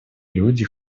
люди